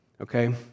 Okay